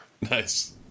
Nice